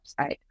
website